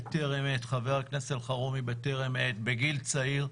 חבר הכנסת אלחרומי בטרם עת בגיל צעיר.